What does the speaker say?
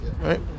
Right